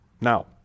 Now